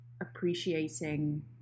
appreciating